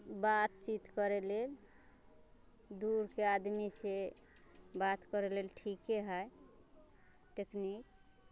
बातचीत करै लेल दूरके आदमीसँ बात करै लेल ठीके है टेकनीक